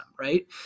Right